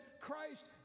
Christ